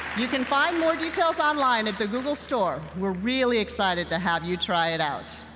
you can find more details online at the google store. we're really excited to have you try it out.